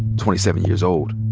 twenty seven years old.